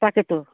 তাকেতো